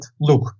look